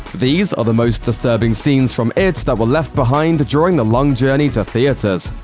these are the most disturbing scenes from it that were left behind during the long journey to theaters.